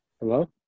Hello